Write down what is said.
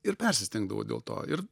ir persistengdavau dėl to ir